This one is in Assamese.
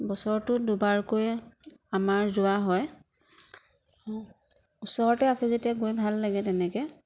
বছৰটোত দুবাৰকৈ আমাৰ যোৱা হয় ওচৰতে আছে যেতিয়া গৈ ভাল লাগে তেনেকৈ